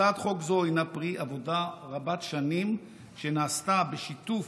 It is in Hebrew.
הצעת חוק זו הינה פרי עבודה רבת-שנים שנעשתה בשיתוף